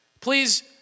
Please